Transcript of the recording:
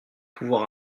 pouvoir